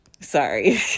Sorry